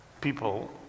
People